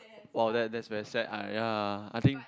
!wow! that that's very sad ah ya I think